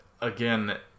again